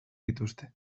dituzte